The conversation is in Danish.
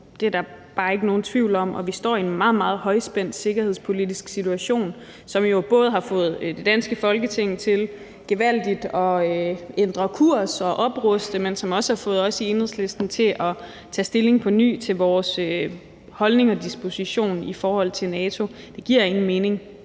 Det er der bare ikke nogen tvivl om. Og vi står i en meget, meget højspændt sikkerhedspolitisk situation, som jo både har fået det danske Folketing til gevaldigt at ændre kurs og opruste, men som også har fået os i Enhedslisten til at tage stilling på ny til vores holdning og disposition i forhold til NATO. Det giver ingen mening